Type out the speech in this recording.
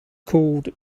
called